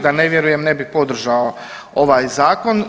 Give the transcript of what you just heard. Da ne vjerujem ne bi podržao ovaj zakon.